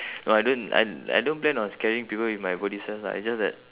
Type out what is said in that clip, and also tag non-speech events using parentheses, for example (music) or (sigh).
(laughs) no I don't I I don't plan on scaring people with my body size lah it's just that